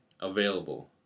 available